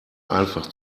einfach